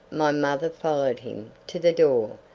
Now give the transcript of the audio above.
my mother followed him to the door,